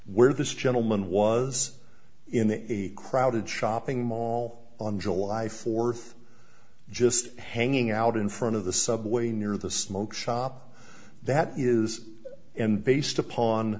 where this gentleman was in a crowded shopping mall on july fourth just hanging out in front of the subway near the smoke shop that is and based upon